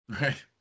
Right